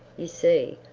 you see,